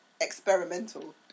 experimental